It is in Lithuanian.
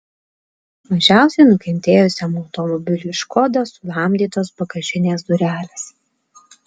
mažiausiai nukentėjusiam automobiliui škoda sulamdytos bagažinės durelės